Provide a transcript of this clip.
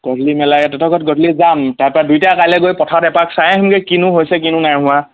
গধূলি তহঁতৰ ঘৰত গধূলি যাম তাৰপৰা দুইটা কাইলে গৈ পথাৰত এপাক চাই আহিমগৈ কিনো হৈছে কিনো নাই হোৱা